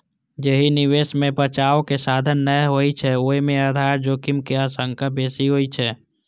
जाहि निवेश मे बचावक साधन नै होइ छै, ओय मे आधार जोखिम के आशंका बेसी होइ छै